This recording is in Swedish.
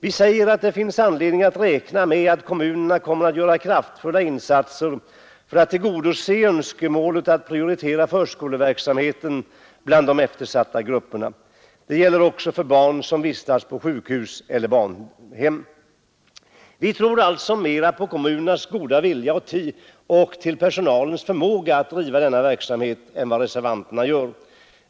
Vi säger att det finns anledning att räkna med att kommunerna skall göra kraftfulla insatser för att tillgodose önskemålet att prioritera förskoleverksamheten bland de eftersatta grupperna. Detta gäller också för barn som vistas på sjukhus eller barnhem. Vi tror alltså mera än reservanterna på kommunernas goda vilja och på personalens förmåga att driva denna verksamhet.